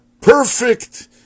perfect